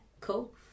cool